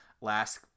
last